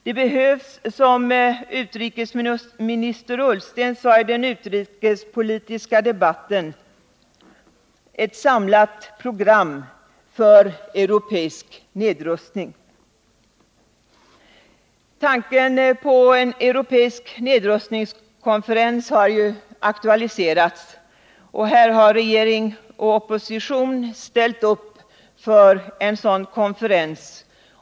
Det behövs, som utrikesminister Ullsten sade i den utrikespolitiska debatten, ett samlat program för europeisk nedrustning. Tanken på en europeisk nedrustningskonferens har aktualiserats, och i Sverige har regering och opposition ställt upp för en sådan konferens.